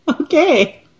Okay